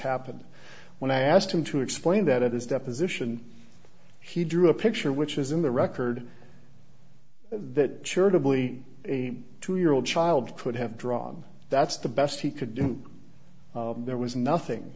happened when i asked him to explain that at his deposition he drew a picture which is in the record the church a bully a two year old child could have drawn that's the best he could do there was nothing